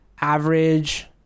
average